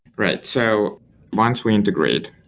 right. so once we integrate,